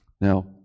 Now